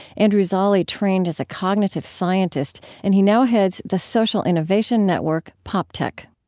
andrew zolli trained as a cognitive scientist and he now heads the social innovation network poptech